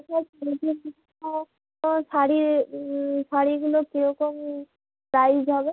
তো শাড়ির শাড়িগুলো কীরকম প্রাইস হবে